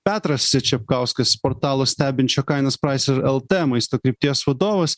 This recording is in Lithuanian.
petras čepkauskas portalo stebinčio kainas praiser lt maisto krypties vadovas